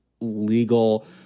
legal